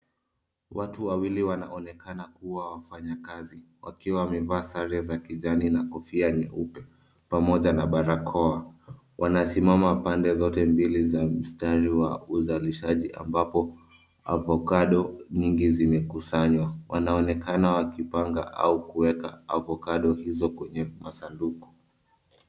Watu wawili wanaonekana kuwa wafanya kazi wakiwa wamevaa sare za kijani na kofia nyeupe pamoja na barakoa. wana simama pande zote mbili za msitari wa uzalishaji ambapo avocado nyingi zimekusanywa wanaonekana wakipanga au kuweka avocado hizo kwenye masanduku.